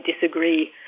disagree